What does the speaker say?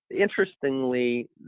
interestingly